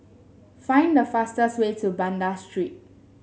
find the fastest way to Banda Street